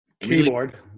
keyboard